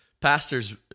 pastors